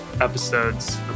episodes